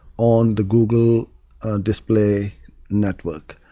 on the google display network.